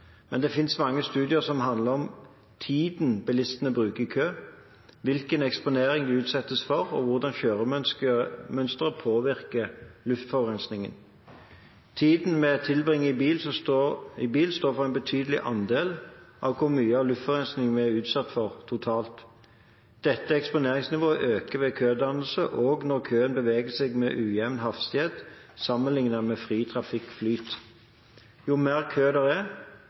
Men det finnes mange studier som handler om tiden bilistene bruker i kø, hvilken eksponering de utsettes for, og hvordan kjøremønsteret påvirker luftforurensingen. Tiden vi tilbringer i bil, står for en betydelig andel av hvor mye luftforurensing vi er utsatt for totalt. Dette eksponeringsnivået øker ved kødannelse og når køen beveger seg med ujevn hastighet, sammenlignet med fri trafikkflyt. Jo mer kø det er,